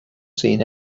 seen